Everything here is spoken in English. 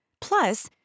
Plus